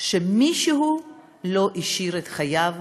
שבה מישהו לא הקריב את חייו